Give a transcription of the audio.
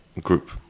group